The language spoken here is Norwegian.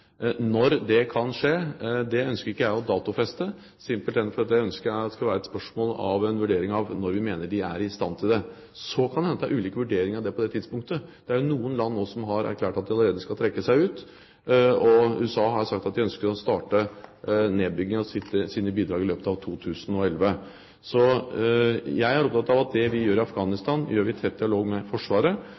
Når det kan skje, ønsker ikke jeg å datofeste, simpelthen fordi jeg ønsker at det skal være et spørsmål om en vurdering av når vi mener de er i stand til det. Så kan det hende at det er ulike vurderinger av det på det tidspunktet. Det er jo noen land nå som har erklært at de allerede skal trekke seg ut, og USA har sagt at de ønsker å starte nedbyggingen av sine bidrag i løpet av 2011. Jeg er opptatt av at det vi gjør i Afghanistan, gjør vi i tett dialog med Forsvaret,